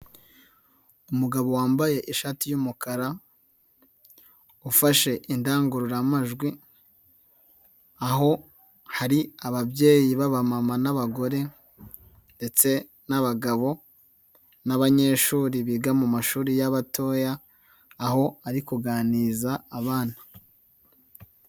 Umugabo wambaye ishati y'umukara ufashe indangururamajwi aho hari ababyeyi b'abamama n'abagore ndetse n'abagabo n'abanyeshuri biga mu mashuri y'abatoya aho ari kuganiriza abana.